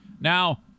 Now